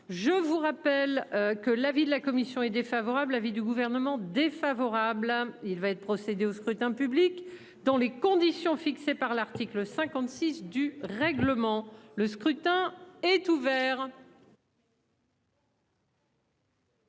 Je vous rappelle que l'avis de la commission est défavorable. Avis du Gouvernement défavorable à il va être procédé au scrutin public dans les conditions fixées par l'article 56 du règlement, le scrutin est ouvert.